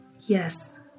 Yes